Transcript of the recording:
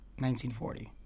1940